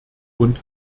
und